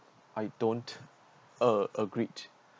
I don't uh agreed